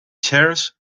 chairs